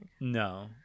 No